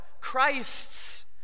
Christ's